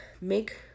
make